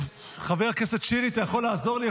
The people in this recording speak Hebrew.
חבר הכנסת שירי, אתה יכול לעזור לי?